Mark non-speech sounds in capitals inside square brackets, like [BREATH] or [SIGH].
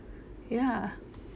ya [BREATH]